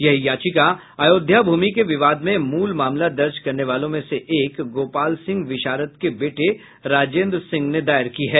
यह याचिका अयोध्या भूमि के विवाद में मूल मामला दर्ज करने वालों में से एक गोपाल सिंह विषारद के बेटे राजेन्द्र सिंह ने दायर की है